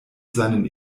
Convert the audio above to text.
seinen